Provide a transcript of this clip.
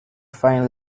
find